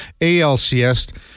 ALCS